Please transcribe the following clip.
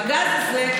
עם הגז הזה,